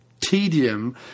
tedium